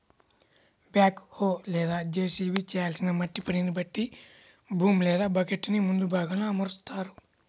back హో లేదా JCB చేయాల్సిన మట్టి పనిని బట్టి బూమ్ లేదా బకెట్టుని ముందు భాగంలో అమరుత్తారు